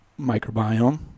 microbiome